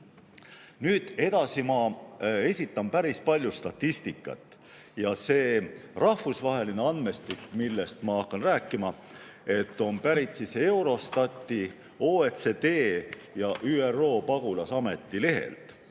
Nüüd edasi ma esitan päris palju statistikat. See rahvusvaheline andmestik, millest ma hakkan rääkima, on pärit Eurostati, OECD ja ÜRO pagulasameti lehelt,